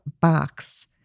box